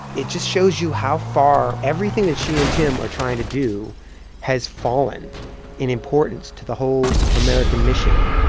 it just shows you how far everything that she and tim are trying to do has fallen in importance to the whole american mission